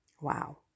Wow